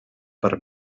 per